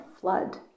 flood